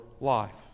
life